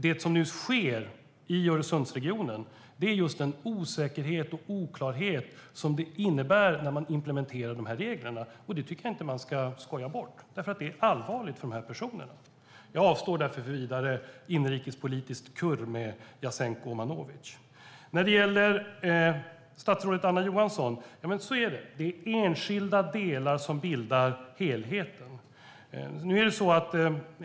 Det som nu sker i Öresundsregionen handlar om den osäkerhet och oklarhet som det innebär när man implementerar de här reglerna. Det tycker jag inte att man ska skoja bort, för det är allvarligt för dem det gäller. Jag avstår därför från vidare inrikespolitiskt kurr med Jasenko Omanovic. Sedan gäller det statsrådet Anna Johansson. Ja, så är det. Det är enskilda delar som bildar helheten.